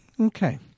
Okay